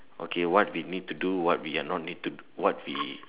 okay what we need to do what we are not need to do what we